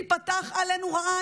תיפתח עלינו רעה.